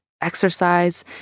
exercise